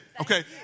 Okay